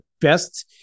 best